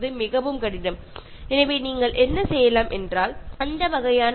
അപ്പോൾ നമുക്ക് ചെയ്യാൻ കഴിയുന്നത് നിങ്ങൾക്ക് ഇതിനെ പല ഭാഗങ്ങളായി വിഭജിക്കാം